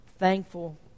thankful